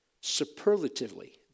superlatively